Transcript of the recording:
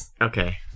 Okay